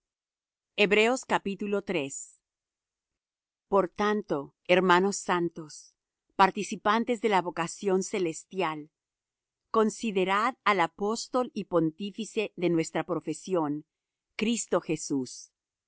tentados por tanto hermanos santos participantes de la vocación celestial considerad al apóstol y pontífice de nuestra profesión cristo jesús